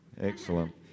excellent